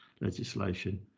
legislation